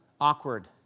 awkward